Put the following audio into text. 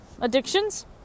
addictions